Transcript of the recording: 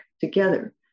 together